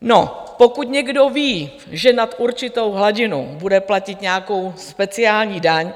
No, pokud někdo ví, že nad určitou hladinu bude platit nějakou speciální daň,